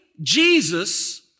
Jesus